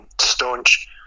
Staunch